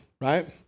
right